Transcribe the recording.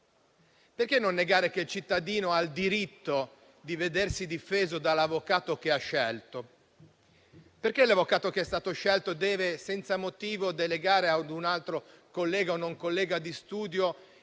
Perché negare che il cittadino ha il diritto di vedersi difeso dall'avvocato che ha scelto? Perché l'avvocato che è stato scelto deve, senza motivo, delegare a un altro collega o non collega di studio